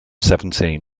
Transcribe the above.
seventeen